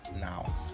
now